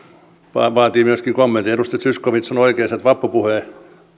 asema vaatii myöskin kommentin edustaja zyskowicz on oikeassa että vappupuhe